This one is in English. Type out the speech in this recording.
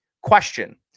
question